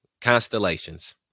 Constellations